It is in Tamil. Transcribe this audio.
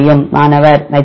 மாணவர் மெஜந்தா